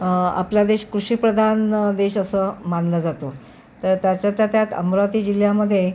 आपला देश कृषिप्रधान देश असं मानला जातो तर त्याच्यातल्या त्यात अमरावती जिल्ह्यामध्ये